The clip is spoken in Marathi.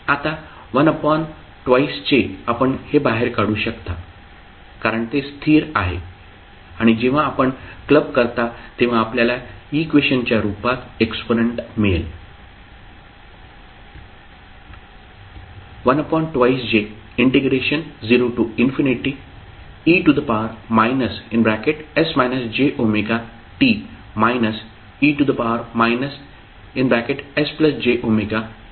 आता 12j आपण हे बाहेर काढू शकता कारण ते स्थिर आहे आणि जेव्हा आपण क्लब करता तेव्हा आपल्याला इक्वेशनच्या रुपात एक्सपोनेंट मिळेल 12j0e s jwt e sjwtdt